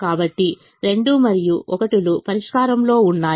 కాబట్టి 2 మరియు 1 లు పరిష్కారం లో ఉన్నాయి